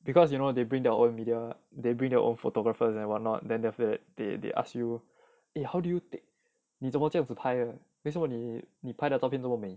because you know they bring their own media they bring their own photographers and what not then after that they they ask you how do you take 你怎么这样子拍的为什么你拍的照片这么美